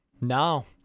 No